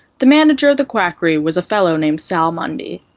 the manager of the quackery was a fellow named sal mundy.